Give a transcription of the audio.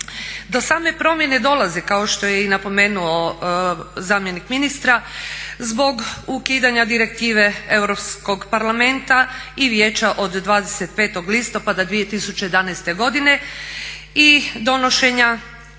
Do same promjene dolazi kao što je i napomenuo zamjenik ministra zbog ukidanja direktive Europskog parlamenta i Vijeća od 25. listopada 2011. godine i donošenja